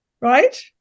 right